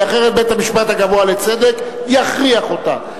כי אחרת בית-המשפט הגבוה לצדק יכריח אותה.